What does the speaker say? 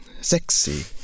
Sexy